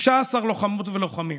16 לוחמות ולוחמים